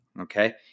Okay